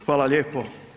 Hvala lijepo.